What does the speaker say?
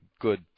good